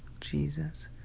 Jesus